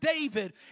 David